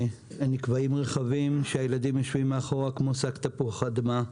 נקבעים רכבים שבהם הילדים יושבים מאחור כמו שק תפוח אדמה.